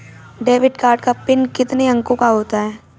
Debit card का pin कितने अंकों का होता है?